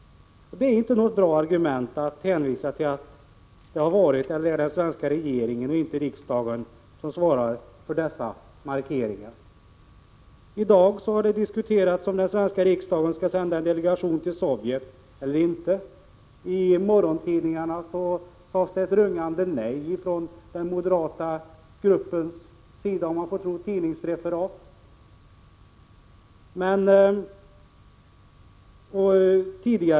Det är inte något bra argument att hänvisa till att det varit och är den svenska regeringen och inte riksdagen som svarar för dessa markeringar. I dag har diskuterats om den svenska riksdagen skall sända en delegation till Sovjet eller inte. Enligt morgontidningarna sade den moderata gruppen ett rungande nej — om man nu skall tro tidningsreferat.